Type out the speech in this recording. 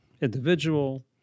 individual